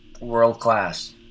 world-class